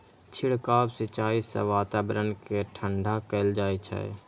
छिड़काव सिंचाइ सं वातावरण कें ठंढा कैल जाइ छै